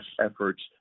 efforts